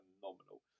phenomenal